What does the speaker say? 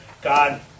God